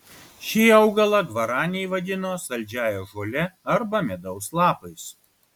šį augalą gvaraniai vadino saldžiąja žole arba medaus lapais